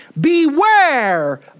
Beware